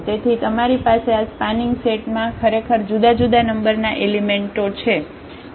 તેથી તમારી પાસે આ સ્પાનિંગ સેટ માં ખરેખર જુદાજુદા નંબરના એલિમેન્ટો છે